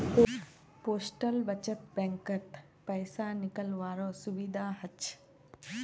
postal बचत बैंकत पैसा निकालावारो सुविधा हछ